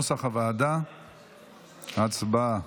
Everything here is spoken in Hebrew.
הצבעה.